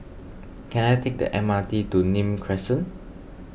can I take the M R T to Nim Crescent